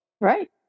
Right